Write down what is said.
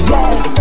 Yes